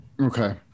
okay